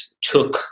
took